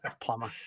plumber